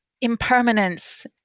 impermanence